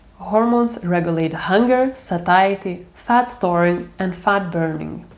hormones regulate hunger, satiety, fat storing and fat burning.